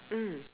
mm